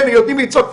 יודעים לצעוק פלסטין,